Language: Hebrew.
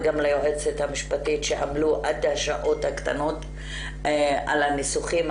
וגם היועצת המשפטית עמלו עד השעות הקטנות על הניסוחים.